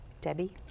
Debbie